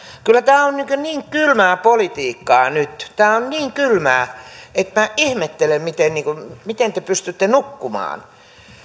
kyllä tämä on niin kylmää politiikkaa nyt tämä on niin kylmää että minä ihmettelen miten te pystytte nukkumaan